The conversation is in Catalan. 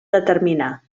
determinar